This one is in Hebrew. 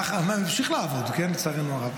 המשיך לעבוד לצערנו הרב,